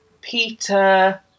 Peter